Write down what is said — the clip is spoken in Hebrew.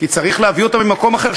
כי צריך להביא אותם ממקום אחר,